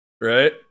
right